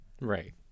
Right